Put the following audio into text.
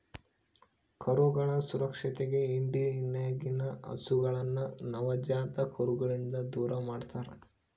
ಕರುಗಳ ಸುರಕ್ಷತೆಗೆ ಹಿಂಡಿನಗಿನ ಹಸುಗಳನ್ನ ನವಜಾತ ಕರುಗಳಿಂದ ದೂರಮಾಡ್ತರಾ